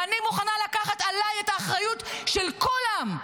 ואני מוכנה לקחת עליי את האחריות של כולם,